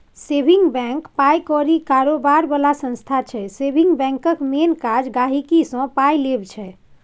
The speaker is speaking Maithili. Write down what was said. सेबिंग बैंक पाइ कौरी कारोबार बला संस्था छै सेबिंग बैंकक मेन काज गांहिकीसँ पाइ लेब छै